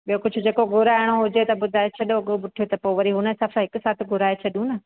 ॿियो कुझु जेको घुराइणो हुजे त ॿुधाए छॾो अॻोपो उथे त पोइ वरी उन हिसाब सां हिक साथ घुराए छॾूं न